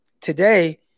today